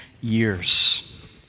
years